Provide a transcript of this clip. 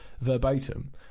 verbatim